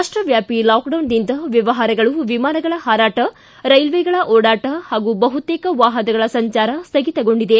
ರಾಷ್ಲವ್ಯಾಪಿ ಲಾಕ್ಡೌನ್ದಿಂದ ವ್ಯವಹಾರಗಳು ವಿಮಾನಗಳ ಹಾರಾಟ ರೈಲ್ಲೆಗಳ ಒಡಾಟ ಹಾಗೂ ಬಹುತೇಕ ವಾಹನಗಳ ಸಂಜಾರ ಸ್ಟಗಿತಗೊಂಡಿದೆ